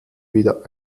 wieder